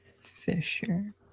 Fisher